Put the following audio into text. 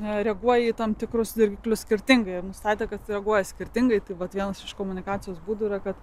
reaguoja į tam tikrus dirgiklius skirtingai ir nustatė kad reaguoja skirtingai tai vat vienas iš komunikacijos būdų yra kad